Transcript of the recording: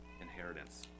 inheritance